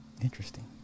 Interesting